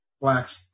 Blacks